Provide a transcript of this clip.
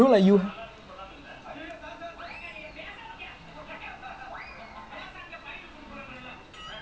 no what happen with defending suddenly like really like all the set pieces for the past five minutes எல்லாமே:ellaamae like so doubtful